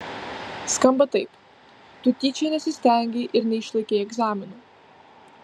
skamba taip tu tyčia nesistengei ir neišlaikei egzaminų